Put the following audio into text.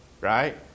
right